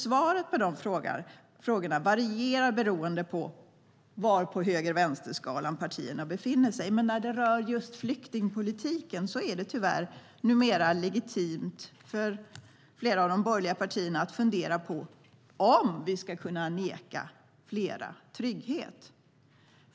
Svaren på de frågorna varierar beroende på var på höger-vänster-skalan partierna befinner sig. Men när det rör just flyktingpolitiken är det tyvärr numera legitimt för flera av de borgerliga partierna att fundera på om vi ska kunna neka fler trygghet.